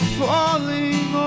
falling